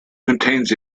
contains